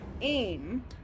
aim